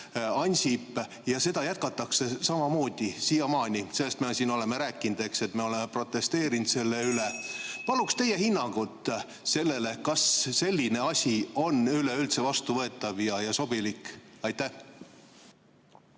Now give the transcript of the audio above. Ansip ja seda jätkatakse samamoodi siiamaani. Sellest me oleme siin rääkinud, et me oleme protesteerinud selle vastu. Palun teie hinnangut, kas selline asi on üleüldse vastuvõetav ja sobilik! Aitäh!